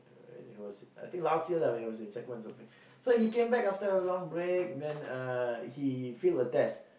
and he was I think last year when I was in sec one or something so he came back after a long break then uh he failed a test